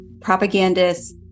Propagandists